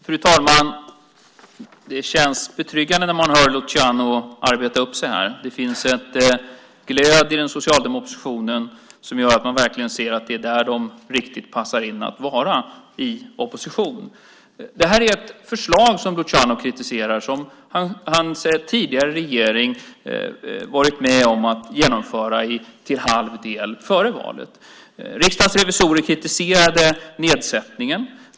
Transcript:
Fru talman! Det känns betryggande att höra Luciano arbeta upp sig här. Det finns en glöd i den socialdemokratiska oppositionen som gör att man verkligen ser att det är i opposition de riktigt passar att vara. Det Luciano kritiserar är ett förslag som hans tidigare regering före valet var med om att till hälften genomföra. Riksdagens revisorer kritiserade nedsättningen.